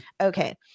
Okay